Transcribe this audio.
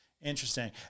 interesting